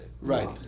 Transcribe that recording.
Right